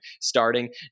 starting